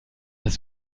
das